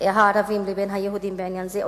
הערבים לבין היהודים בעניין זה,